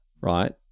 right